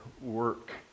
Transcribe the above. work